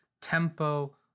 tempo